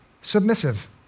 submissive